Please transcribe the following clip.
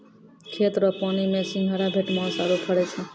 खेत रो पानी मे सिंघारा, भेटमास आरु फरै छै